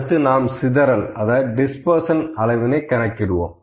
அடுத்து நாம் சிதறல் டிஸ்பர்ஷன் அளவினை கணக்கிடுவோம்